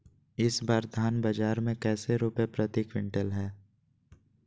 इस बार धान बाजार मे कैसे रुपए प्रति क्विंटल है?